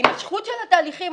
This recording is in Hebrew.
ההימשכות של התהליכים,